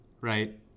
right